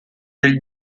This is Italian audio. del